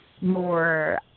more